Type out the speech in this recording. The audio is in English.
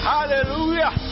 Hallelujah